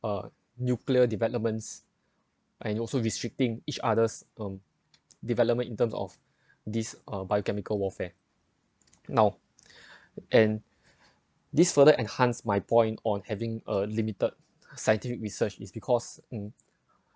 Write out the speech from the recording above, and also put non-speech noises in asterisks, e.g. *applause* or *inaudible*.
uh nuclear developments and also restricting each other's um development in terms of this uh biochemical warfare now *breath* and this further enhanced my point on having uh limited scientific research is because mm